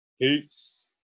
Peace